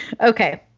Okay